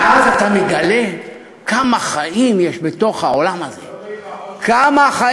ואז אתה מגלה כמה חיים יש בתוך העולם הזה, בחושך.